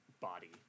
body